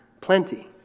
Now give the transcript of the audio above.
plenty